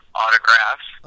autographs